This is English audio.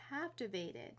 captivated